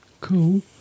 Cool